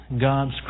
God's